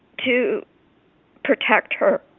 to protect her.